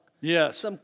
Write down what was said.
Yes